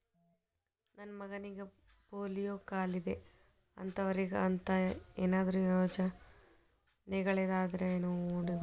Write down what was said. ನನ್ನ ಮಗನಿಗ ಪೋಲಿಯೋ ಕಾಲಿದೆ ಅಂತವರಿಗ ಅಂತ ಏನಾದರೂ ಯೋಜನೆಗಳಿದಾವೇನ್ರಿ?